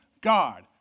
God